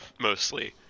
Mostly